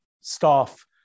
staff